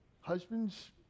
Husbands